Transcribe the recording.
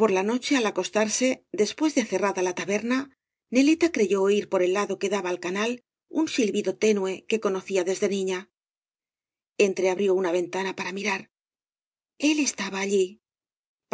por la noche ai acostarse después de cerrada la taberna neieta creyó oir por el lado que daba al canal un silbido tenue que conocía desde niña eotreabrió una ventana para mirar el estaba allí